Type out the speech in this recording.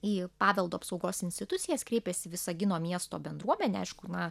į paveldo apsaugos institucijas kreipėsi visagino miesto bendruomenė aišku na